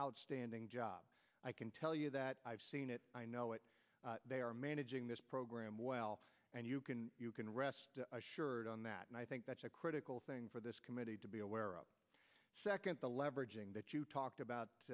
outstanding job i can tell you that i've seen it i know it they are managing this program well and you can rest assured on that and i think that's a critical thing for this committee to be aware of second to leveraging that you talked about